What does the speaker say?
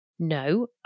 No